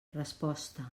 resposta